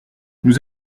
nous